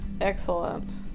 Excellent